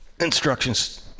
instructions